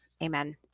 amen